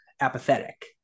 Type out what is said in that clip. apathetic